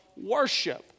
worship